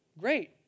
great